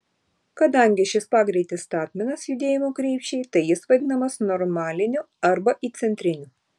kadangi šis pagreitis statmenas judėjimo krypčiai tai jis vadinamas normaliniu arba įcentriniu